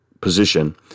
position